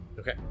Okay